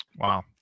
Wow